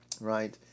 right